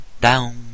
down